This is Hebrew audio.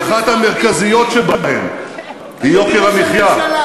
ואחת המרכזיות שבהן היא יוקר המחיה.